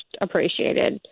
appreciated